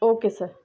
okay sir